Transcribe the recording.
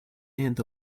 end